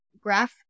graph